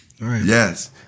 yes